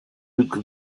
luke